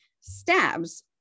stabs